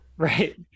Right